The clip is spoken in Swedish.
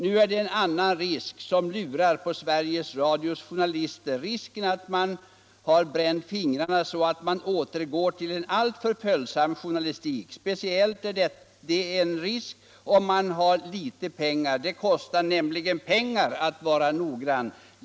Nu är det en annan risk som lurar på Sveriges radios journalister — risken att man har bränt fingrarna så att man återgår till en alltför följsam journalistik. Speciellt är det en risk om man har lite pengar. Det kostar nämligen pengar att vara noggrann.